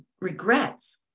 regrets